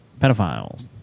pedophiles